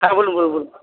হ্যাঁ বলুন বলুন বলুন